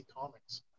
Comics